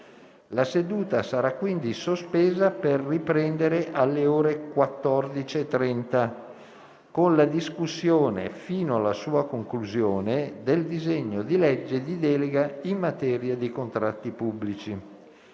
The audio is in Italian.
La seduta sarà quindi sospesa per riprendere alle ore 14,30 con la discussione, fino alla sua conclusione, del disegno di legge recante delega in materia di contratti pubblici.